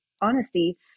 honesty